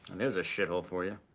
and there's a shithole for you.